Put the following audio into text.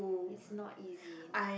it's not easy